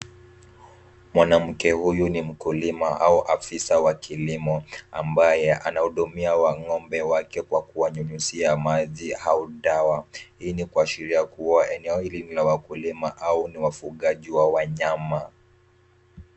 Mwanamke huyu ni mkulima au afisa wa kilimo ambaye anawahudumia wang'ombe wake kwa wakunyunyuzia maji au dawa. Hii ni kuashiria kuwa eneo hili ni wakulima au ni wafugaji wa wanyama.